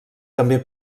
també